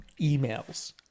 emails